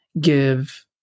give